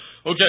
Okay